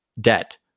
debt